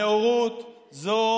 נאורות זה,